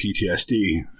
PTSD